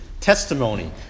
testimony